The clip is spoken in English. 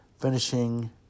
finishing